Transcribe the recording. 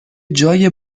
جای